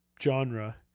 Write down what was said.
genre